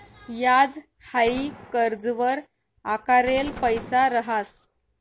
याज हाई कर्जवर आकारेल पैसा रहास